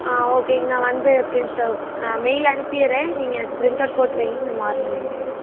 ஆ ஓகேங்க நான் வந்து எப்படின்ட்டு ஆ மெயில் அனுப்பிடறேன் நீங்கள் எனக்கு ப்ரிண்ட் அவுட் போட்டு வையுங்க நான் மார்னிங் வாங்கிக்றேன்